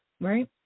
right